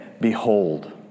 behold